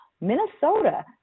Minnesota